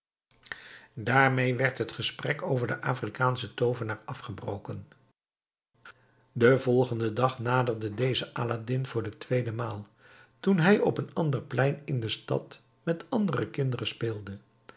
daarmee werd het gesprek over den afrikaanschen toovenaar afgebroken den volgenden dag naderde deze aladdin voor de tweede maal toen hij op een ander plein in de stad met andere kinderen speelde